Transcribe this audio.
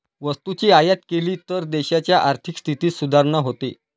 वस्तूची आयात केली तर देशाच्या आर्थिक स्थितीत सुधारणा होते